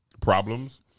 problems